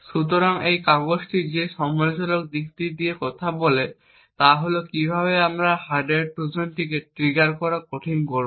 সুতরাং এই কাগজটি যে সমালোচনামূলক দিকটি নিয়ে কথা বলে তা হল কিভাবে আমরা হার্ডওয়্যার ট্রোজানকে ট্রিগার করা কঠিন করব